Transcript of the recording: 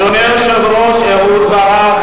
אדוני היושב-ראש, אהוד ברח